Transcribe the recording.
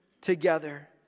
together